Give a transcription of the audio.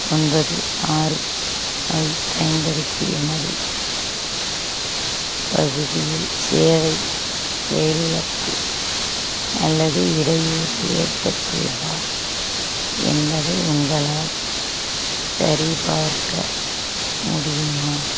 ஒன்பது ஆறு ஐப் பயன்படுத்தி எனது பகுதில் சேவை செயலிழப்பு அல்லது இடையூறு ஏற்பட்டுள்ளதா என்பதை உங்களால் சரிபார்க்க முடியுமா